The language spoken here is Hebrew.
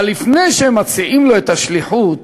אבל לפני שמציעים לו את השליחות,